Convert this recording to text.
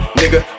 nigga